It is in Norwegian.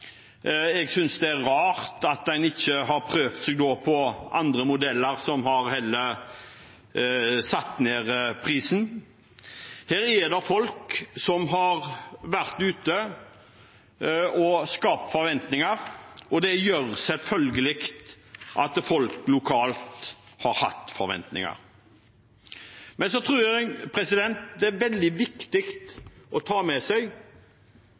Jeg synes det er rart at en ikke har prøvd å gå for andre modeller som har satt ned prisen. Her har folk gått ut og skapt forventninger, og det gjør selvfølgelig at folk lokalt har hatt forventninger. Jeg tror det er veldig viktig å ta med seg